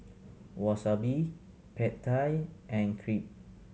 Wasabi Pad Thai and Crepe